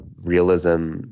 realism